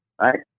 right